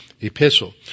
epistle